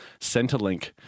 Centrelink